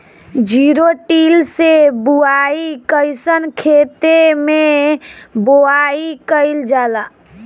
Zero till से बुआई कयिसन खेते मै बुआई कयिल जाला?